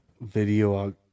Video